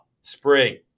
spring